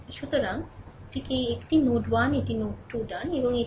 সুতরাং ঠিক এই একটি নোড 1 এটি নোড 2 ডান